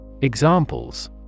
Examples